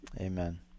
Amen